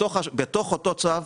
בתוך אותו צו,